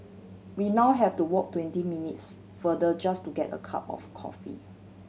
we now have to walk twenty minutes farther just to get a cup of coffee